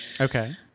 Okay